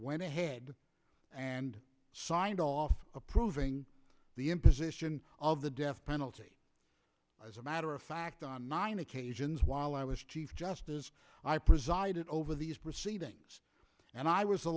went ahead and signed off approving the imposition of the death penalty as a matter of fact on nine occasions while i was chief justice i presided over these proceedings and i was the